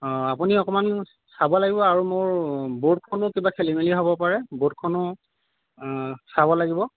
অঁ আপুনি অকণমান চাব লাগিব আৰু মোৰ বৰ্ডখনো কিবা খেলি মেলি হ'ব পাৰে বৰ্ডখনো চাব লাগিব